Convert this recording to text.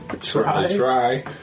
try